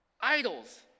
idols